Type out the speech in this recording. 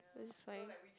West is fine